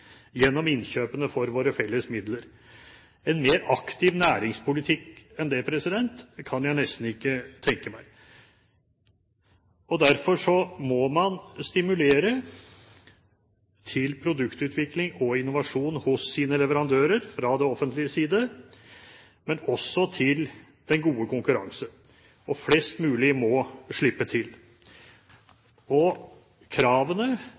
gjennom innkjøpene for våre felles midler. En mer aktiv næringspolitikk enn det kan jeg nesten ikke tenke meg. Derfor må man stimulere til produktutvikling og innovasjon hos sine leverandører, fra det offentliges side, men også til den gode konkurranse – og flest mulig må slippe til. Kravene